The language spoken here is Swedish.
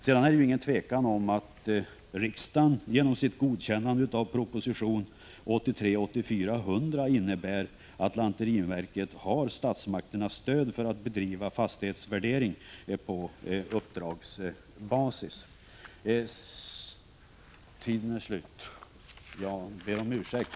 Det är inget tvivel om att riksdagens godkännande av proposition 1983/84:100 innebär att lantmäteriverket har statsmakternas stöd för att bedriva fastighetsvärdering på uppdragsbasis. Tiden är slut.